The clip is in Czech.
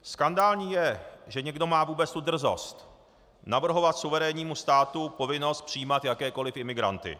Skandální je, že někdo má vůbec tu drzost navrhovat suverénnímu státu povinnost přijímat jakékoliv imigranty.